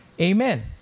amen